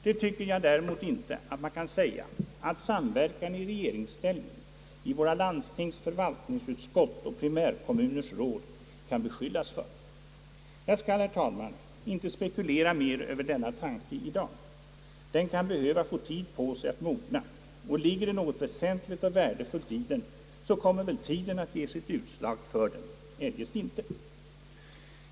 Det tycker jag däremot inte att man kan säga att samverkan i regeringsställning i våra landstings förvaltningsutskott och primärkommuners råd kan beskyllas för. Jag skall, herr talman, inte spekulera mer över denna tanke i dag. Den kan behöva få tid på sig att mogna, och ligger det något väsentligt och värdefullt i den så kommer väl tiden att ge sitt utslag för den — eljest inte.